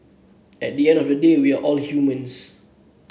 at the end of the day we are all humans